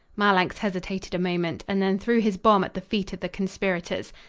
marlanx hesitated a moment, and then threw his bomb at the feet of the conspirators.